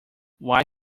why